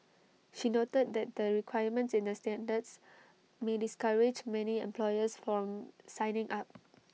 she noted that the requirements in the standards may discourage many employers from signing up